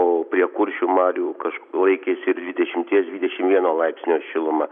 o prie kuršių marių kaž laikėsi ir dvidešimties dvidešim vieno laipsnio šiluma